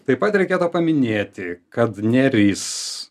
taip pat reikėtų paminėti kad neris